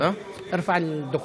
חבר הכנסת,